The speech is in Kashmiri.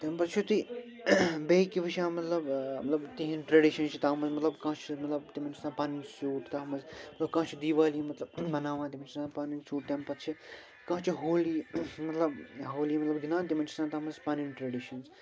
تَمہِ پتہٕ چھُو تُہۍ بیٚیہِ کیٚنٛہہ وُچھان مطلب مطلب تِہٕنٛدۍ ٹرٛیڈِشن چھِ تتھ منٛز مطلب کانٛہہ چھُ مطلب تِمن چھِ آسان پنٕنی سوٗٹ تتھ منٛز مطلب کانٛہہ چھُ دِوالی مطلب مناوان تٔمِس چھِ آسان پنٕنۍ سوٹ تَمہِ پتہٕ چھِ کانٛہہ چھُ ہولی مطلب ہولی مطلب گِنٛدان تِمن چھُ آسان تتھ منٛز پنٕنۍ ٹرٛیڈِشنٕز